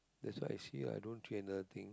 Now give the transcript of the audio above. that's why I see lah i don't see another thing